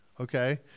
Okay